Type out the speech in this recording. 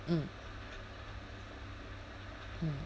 mm mm